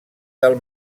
del